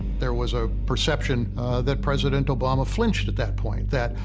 there was a perception that president obama flinched at that point. that,